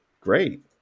great